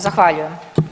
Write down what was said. Zahvaljujem.